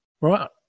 right